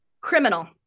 Criminal